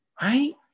Right